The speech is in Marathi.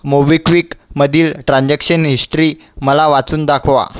मोविक्विक मधील ट्रान्झॅक्शन हिस्टरी मला वाचून दाखवा